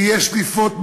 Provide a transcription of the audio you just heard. זה יהיה שליפות מהמותן.